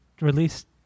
released